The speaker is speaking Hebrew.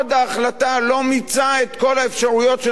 עוד לא מיצתה את כל האפשרויות שנובעות ממנה,